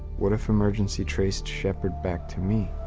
what if emergent see traced shepherd back to me?